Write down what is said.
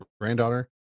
granddaughter